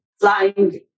flying